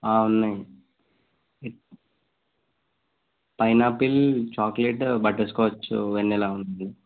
ఉన్నాయి pineapple chocolate butterscotch vanilla ఉంది